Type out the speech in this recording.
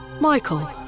Michael